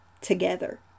together